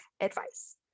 advice